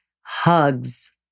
Hugs